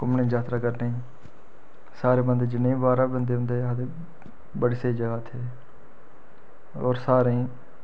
घूमने गी जात्तरा करने गी सारे बंदे जिन्ने बी बाह्रा बंदे औंदे आखदे बड़ी स्हेई जगह् ऐ उत्थें होर सारें गी